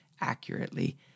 accurately